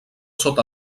sota